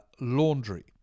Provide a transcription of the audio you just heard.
Laundry